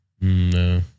No